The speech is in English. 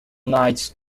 knights